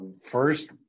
first